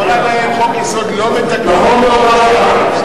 רק אז היה שכל לכנסת ואמרה להם: חוק-יסוד לא מתקנים בהוראת שעה,